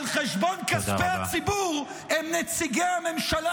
-- על חשבון כספי הציבור הם נציגי הממשלה